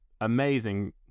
amazing